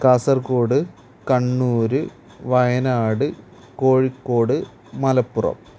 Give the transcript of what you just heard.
Kasaragod Kannur Wayanad Kozhikode Malappuram